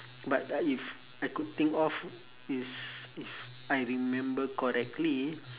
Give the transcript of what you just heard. but uh if I could think of is if I remember correctly